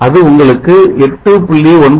அது உங்களுக்கு 8